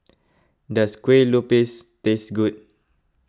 does Kueh Lupis taste good